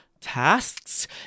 tasks